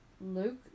Luke